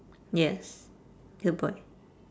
yes good boy